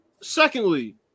Secondly